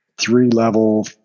three-level